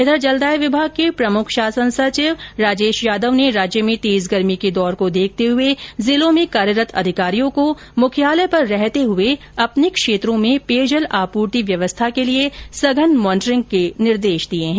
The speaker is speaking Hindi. इधर जलदाय विभाग के प्रमुख शासन सचिव राजेश यादव ने राज्य में तेज गर्मी के दौर को देखते हुए जिलों में कार्यरत अधिकारियों को मुख्यालय पर रहते हुए अपने क्षेत्रों में पेयजल आपूर्ति व्यवस्था के लिए सघन मॉनिटरिंग के निर्देश दिए हैं